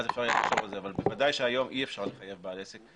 ואז יהיה אפשר לחשוב על זה אבל בוודאי שהיום אי אפשר לחייב בעל עסק.